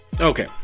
Okay